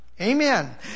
Amen